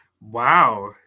Wow